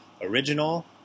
Original